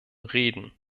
reden